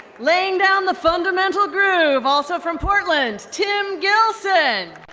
laying down the fundamental groove, also from portland, tim gilson!